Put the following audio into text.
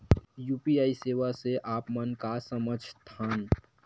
UPI सेवा से आप मन का समझ थान?